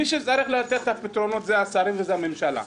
מי שצריכים לתת את הפתרונות הם השרים והממשלה.